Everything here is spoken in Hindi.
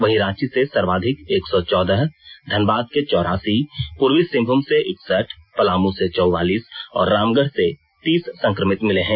वहीं रांची से सर्वाधिक एक सौ चौदह धनबाद से चौरासी पूर्वी सिंहभूम से इकसठ पलामू से चौवालीस और रामगढ़ से तीस संक्रमित मिले हैं